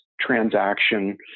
transaction